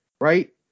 right